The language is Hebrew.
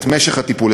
את משך הטיפול,